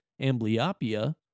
amblyopia